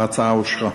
ההצעה אושרה.